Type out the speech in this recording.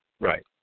Right